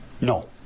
No